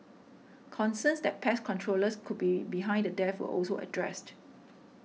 concerns that pest controllers could be behind the deaths were also addressed